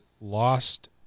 lost